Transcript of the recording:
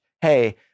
Hey